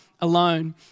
alone